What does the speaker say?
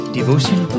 Devotion